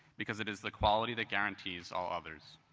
because it is the quality that guarantees all others.